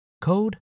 code